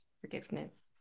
forgiveness